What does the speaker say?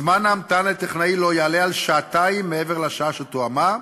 זמן ההמתנה לטכנאי לא יעלה על שעתיים מעבר לשעה שתואמה,